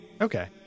okay